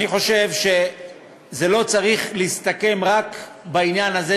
אני חושב שזה לא צריך להסתכם רק בעניין הזה,